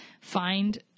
find